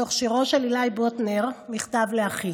מתוך שירו של עילי בוטנר "מכתב לאחי".